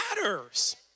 matters